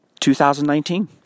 2019